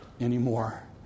anymore